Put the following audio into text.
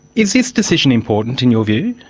is this decision important, in your view?